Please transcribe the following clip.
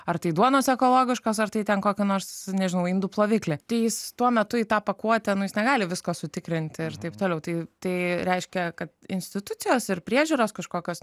ar tai duonos ekologiškos ar tai ten kokį nors nežinau indų ploviklį jis tuo metu į tą pakuotę nu jis negali visko sutikrinti ir taip toliau tai tai reiškia kad institucijos ir priežiūros kažkokios